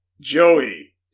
joey